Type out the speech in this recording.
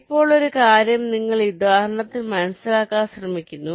ഇപ്പോൾ ഒരു കാര്യം നിങ്ങൾ ഈ ഉദാഹരണത്തിൽ മനസ്സിലാക്കാൻ ശ്രമിക്കുന്നു